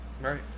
Right